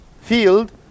field